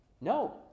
No